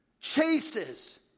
Chases